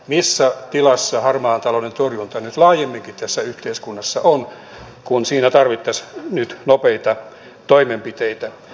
missä tilassa harmaan talouden torjunta nyt laajemminkin tässä yhteiskunnassa on kun siinä tarvittaisiin nyt nopeita toimenpiteitä